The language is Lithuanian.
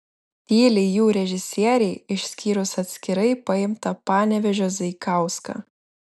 tyli jų režisieriai išskyrus atskirai paimtą panevėžio zaikauską